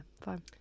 fine